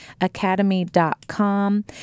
academy.com